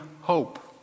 hope